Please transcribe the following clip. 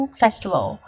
festival